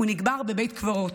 הוא נגמר בבית הקברות,